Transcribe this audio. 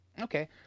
Okay